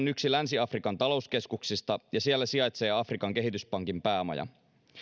yksi länsi afrikan talouskeskuksista ja siellä sijaitsee afrikan kehityspankin päämaja